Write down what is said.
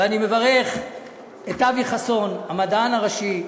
ואני מברך את אבי חסון, המדען הראשי.